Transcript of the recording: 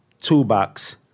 toolbox